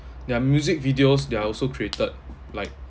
their music videos are also created like